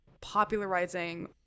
popularizing